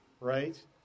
right